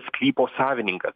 sklypo savininkas